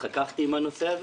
התחככתי עם הנושא הזה.